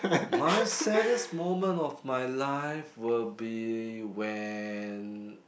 my saddest moment of my life will be when